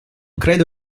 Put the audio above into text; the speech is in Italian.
credo